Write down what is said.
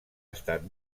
estat